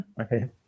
Okay